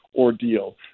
ordeal